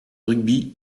rugby